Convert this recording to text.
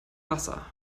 wasser